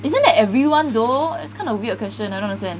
isn't that everyone though it's kind of weird question I don't understand